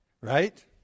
right